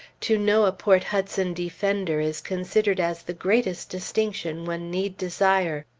to know a port hudson defender is considered as the greatest distinction one need desire.